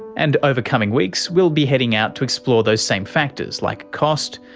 and over coming weeks we'll be heading out to explore those same factors, like cost,